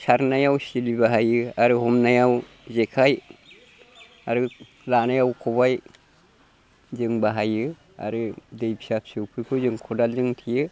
सारनायाव सिलि बाहायो आरो हमनायाव जेखाइ आरो लानायाव खबाइ जों बाहायो आरो दै फिसा फिसौफोरखौ जों खदालजों थेयो